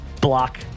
block